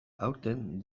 aurten